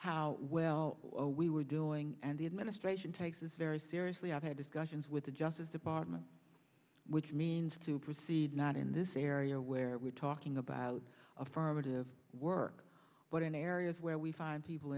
how well we were doing and the administration takes this very seriously i've had discussions with the justice department which means to proceed not in this area where we're talking about affirmative work but in areas where we find